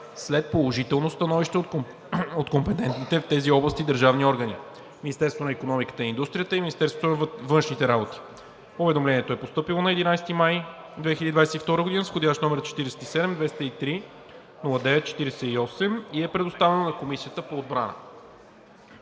след положително становище от компетентните в тези области държавни органи – Министерството на икономиката и индустрията и Министерството на външните работи. Уведомлението е постъпило на 11 май 2022 г. с входящ № 47-203-09-48 и е предоставено на Комисията по отбрана.